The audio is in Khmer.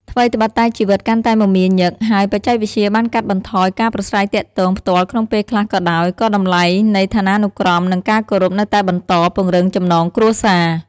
ថ្វីត្បិតតែជីវិតកាន់តែមមាញឹក ហើយបច្ចេកវិទ្យាបានកាត់បន្ថយការប្រាស្រ័យទាក់ទងផ្ទាល់ក្នុងពេលខ្លះក៏ដោយ ក៏តម្លៃនៃឋានានុក្រម និងការគោរពនៅតែបន្ត ពង្រឹងចំណងគ្រួសារ។